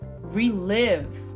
relive